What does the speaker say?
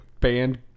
band